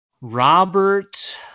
Robert